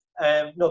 No